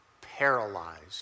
paralyzed